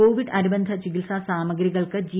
Covid അനുബന്ധ ചികിത്സാ സാമഗ്രികൾക്ക് ജി